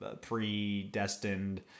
predestined